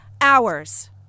hours